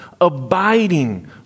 abiding